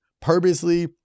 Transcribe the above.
purposely